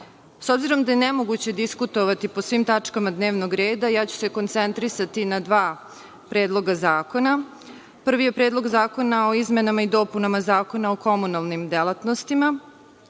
obzirom da je nemoguće diskutovati po svim tačkama dnevnog reda, ja ću se koncentrisati na dva predloga zakona. Prvi je Predlog zakona o izmenama i dopunama Zakona o komunalnim delatnostima.